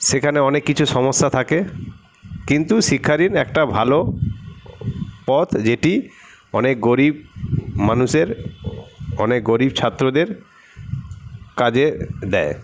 সেখানে অনেক কিছু সমস্যা থাকে কিন্তু শিক্ষা ঋণ একটা ভালো পথ যেটি অনেক গরীব মানুষের অনেক গরীব ছাত্রদের কাজে দেয়